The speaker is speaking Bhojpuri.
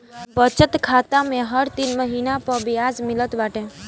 बचत खाता में हर तीन महिना पअ बियाज मिलत बाटे